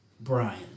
brian